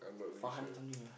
Farhan something ah